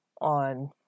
on